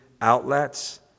outlets